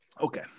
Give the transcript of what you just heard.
okay